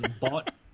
bought